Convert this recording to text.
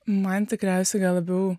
man tikriausiai gal labiau